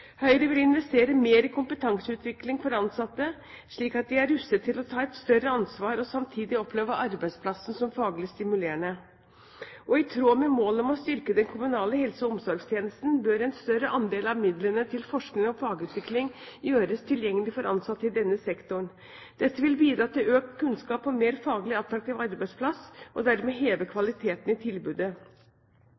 Høyre vil investere mer i kompetanseutvikling for ansatte, slik at de er rustet til å ta et større ansvar og samtidig opplever arbeidsplassen som faglig stimulerende. I tråd med målet om å styrke den kommunale helse- og omsorgstjenesten bør en større andel av midlene til forskning og fagutvikling gjøres tilgjengelig for ansatte i denne sektoren. Dette vil bidra til økt kunnskap og en mer faglig attraktiv arbeidsplass, og vil dermed heve